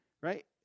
right